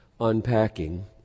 unpacking